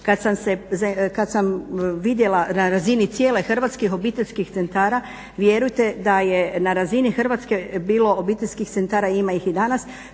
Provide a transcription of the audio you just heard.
Kad sam vidjela na razini cijele Hrvatske obiteljskih centara vjerujte da je na razini Hrvatske bilo obiteljskih centara i ima ih i danas